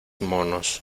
monos